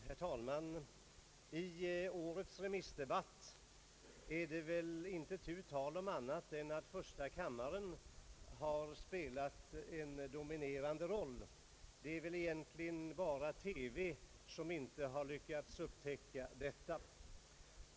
Herr talman! Man kan inte förneka att första kammaren i årets remissdebatt har spelat en dominerande roll, det är egentligen bara TV som inte har lyckats upptäcka detta.